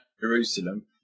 Jerusalem